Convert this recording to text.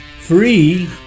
free